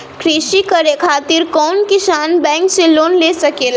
कृषी करे खातिर कउन किसान बैंक से लोन ले सकेला?